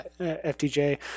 FTJ